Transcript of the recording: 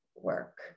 work